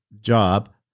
job